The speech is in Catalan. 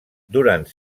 durant